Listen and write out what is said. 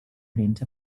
rent